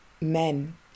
men